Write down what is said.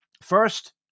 First